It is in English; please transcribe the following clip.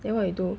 then what you do